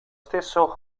stesso